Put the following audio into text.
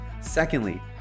Secondly